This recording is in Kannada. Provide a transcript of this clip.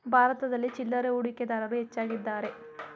ಭಾರತದಲ್ಲಿ ಚಿಲ್ಲರೆ ಹೂಡಿಕೆದಾರರು ಹೆಚ್ಚಾಗಿದ್ದಾರೆ